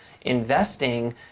investing